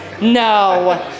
no